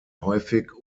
häufig